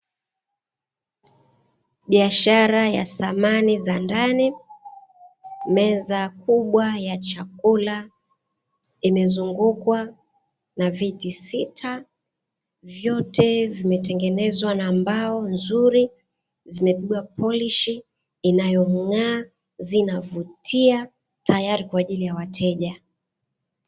Biashara ya samani za ndani, meza kubwa ya chakula imezungukwa na viti sita vyote vimetengenezwa na mbao nzuri. Zimepigwa polishi inayong'aa zinavutia tayari kwa ajili ya wateja.